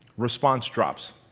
response drops.